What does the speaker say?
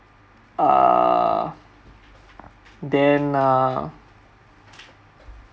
err then uh